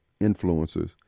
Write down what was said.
influencers